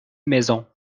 maisons